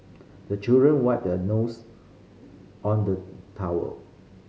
the children wipe their nose on the towel